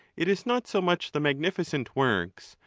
it is not so much the magni ficent works,